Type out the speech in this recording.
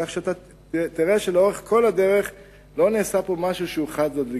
כך שתראה שלאורך כל הדרך לא נעשה פה משהו חד-צדדי,